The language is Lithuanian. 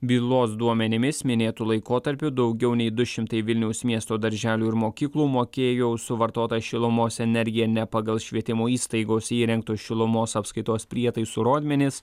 bylos duomenimis minėtu laikotarpiu daugiau nei du šimtai vilniaus miesto darželių ir mokyklų mokėjo už suvartotą šilumos energiją ne pagal švietimo įstaigos įrengto šilumos apskaitos prietaisų rodmenis